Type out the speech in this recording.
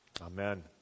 Amen